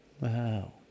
Wow